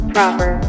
Proper